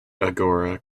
agora